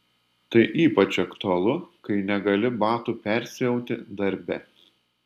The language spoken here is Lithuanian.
tai ypač aktualu kai negali batų persiauti darbe